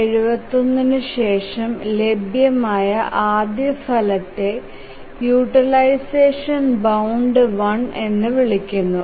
1971 ന് ശേഷം ലഭ്യമായ ആദ്യ ഫലത്തെ യൂട്ടിലൈസേഷൻ ബൌണ്ട് 1 എന്ന് വിളിക്കുന്നു